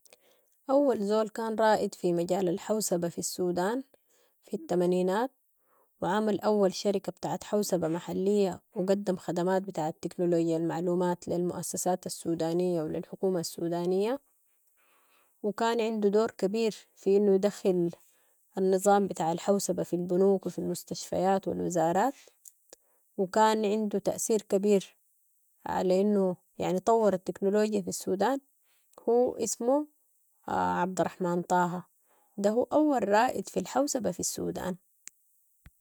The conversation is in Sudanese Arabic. أول زول كان رائد في مجال الحوسبة في السودان في التمنينات وعمل أول شركة بتاعة حوسبة محلية وقدم خدمات بتاعة التكنولوجيا المعلومات للمؤسسات السودانية وللحكومة السودانية وكان عندو دور كبير في أنو يدخل النظام بتاع الحوسبة في البنوك وفي المستشفيات والوزارات وكان عندو تأثير كبير على أنو يعني طور التكنولوجيا في السودان هو اسمو عبد الرحمن طه ده هو أول رائد في الحوسبة في السودان.